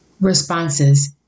responses